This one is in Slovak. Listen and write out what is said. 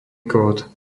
kód